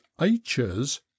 h's